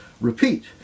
repeat